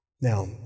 Now